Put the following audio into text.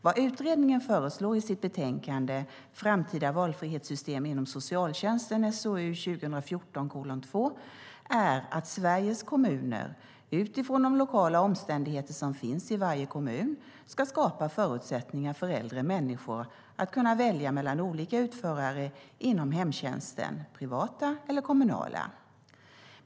Vad utredningen föreslår i sitt betänkande Framtida valfrihetssystem inom socialtjänsten är att Sveriges kommuner, utifrån de lokala omständigheter som finns i varje kommun, ska skapa förutsättningar för äldre människor att kunna välja mellan olika utförare inom hemtjänsten - privata eller kommunala.